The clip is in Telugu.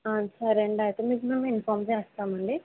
సరే అండి అయితే మీకు మేము ఇన్ఫర్మ్ చేస్తామండి